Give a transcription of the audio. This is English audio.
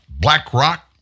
BlackRock